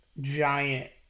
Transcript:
giant